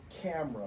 camera